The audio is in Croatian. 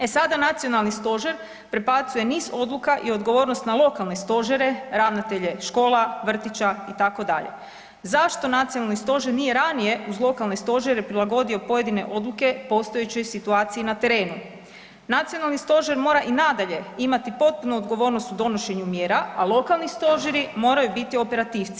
E sada, Nacionalni stožer prebacuje niz odluka i odgovornost na lokalne stožere, ravnatelje škola, vrtića i tako dalje, zašto Nacionalni stožer nije ranije uz lokalne stožere prilagodio pojedine odluke postojećoj situaciji na terenu?, Nacionalni stožer mora i nadalje imati potpunu odgovornost u donošenju mjera, a lokalni stožeri moraju biti operativci.